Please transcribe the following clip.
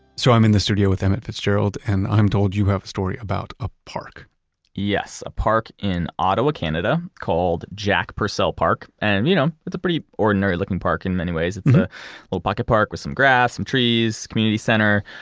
so i'm in the studio with emmett fitzgerald and i'm told you have a story about a park yes, a park in ottawa, canada called jack purcell park. and you know it's a pretty ordinary looking park in many ways. it's a little pocket park with some grass and trees, community center.